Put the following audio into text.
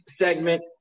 segment